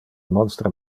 monstra